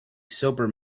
sober